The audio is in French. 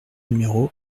numéro